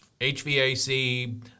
HVAC